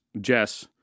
Jess